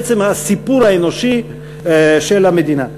בעצם, הסיפור האנושי של המדינה.